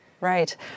Right